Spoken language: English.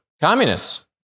communists